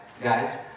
guys